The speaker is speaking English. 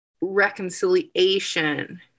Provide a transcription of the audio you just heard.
reconciliation